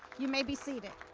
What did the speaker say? you may be seated.